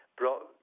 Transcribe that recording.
brought